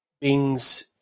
Bing's